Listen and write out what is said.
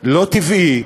לא טבעי,